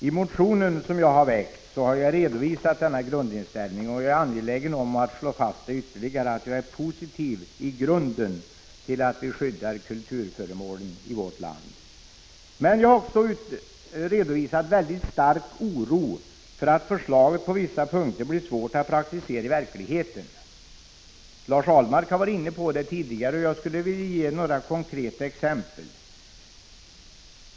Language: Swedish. I den motion som jag har väckt har jag redovisat denna grundinställning, och jag är angelägen om att ytterligare slå fast att jag är i grunden positiv till att vi skyddar kulturföremålen i vårt land. Men jag har också redovisat mycket stark oro för att förslaget på vissa punkter blir svårt att praktisera i verkligheten. Lars Ahlmark har varit inne på det tidigare, och jag skulle vilja ge några konkreta exempel.